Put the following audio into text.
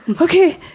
okay